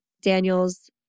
Daniel's